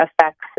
affects